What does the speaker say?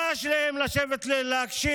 מה יש להם לשבת ולהקשיב?